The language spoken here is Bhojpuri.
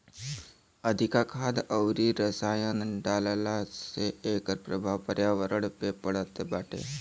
अधिका खाद अउरी रसायन डालला से एकर प्रभाव पर्यावरण पे पड़त बाटे